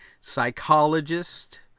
psychologist